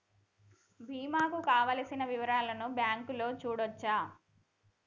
బీమా కు కావలసిన వివరాలను బ్యాంకులో చూడొచ్చా?